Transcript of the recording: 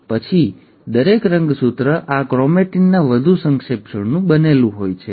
અને પછી દરેક રંગસૂત્ર આ ક્રોમેટીનના વધુ સંક્ષેપણનું બનેલું હોય છે